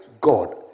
God